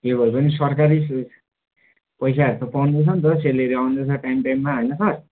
जे पनि पनि सरकारी स्कुल पैसाहरू त पाउँदैछन् त सेलेरी आउँदैछन् त टाइम टाइममा होइन सर